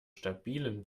stabilen